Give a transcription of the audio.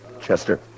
Chester